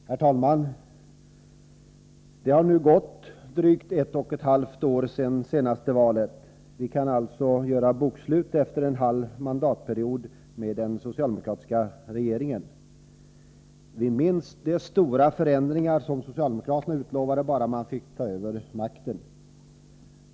Herr talman! Det har nu gått drygt ett och ett halvt år sedan det senaste valet. Vi kan alltså göra bokslut efter en halv mandatperiod med den socialdemokratiska regeringen. Vi minns de stora förändringar som socialdemokraterna utlovade, bara man fick ta över makten.